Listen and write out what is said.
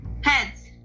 Heads